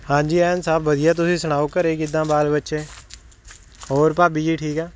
ਹਾਂਜੀ ਐਨ ਸਭ ਵਧੀਆ ਤੁਸੀਂ ਸੁਣਾਓ ਘਰ ਕਿੱਦਾਂ ਬਾਲ ਬੱਚੇ ਹੋਰ ਭਾਬੀ ਜੀ ਠੀਕ ਆ